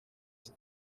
isi